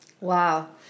Wow